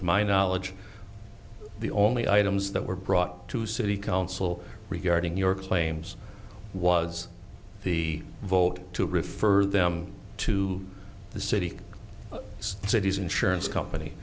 to my knowledge the only items that were brought to city council regarding your claims was the vote to refer them to the city city's insurance company